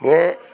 हें